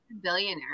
billionaire